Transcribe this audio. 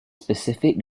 specific